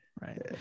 right